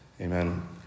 Amen